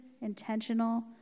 intentional